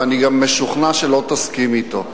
ואני גם משוכנע שלא תסכים אתו.